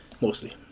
Mostly